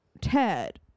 Ted